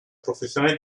professione